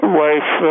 wife